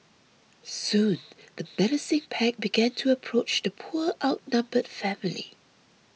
soon the menacing pack began to approach the poor outnumbered family